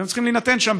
והם צריכים להינתן שם,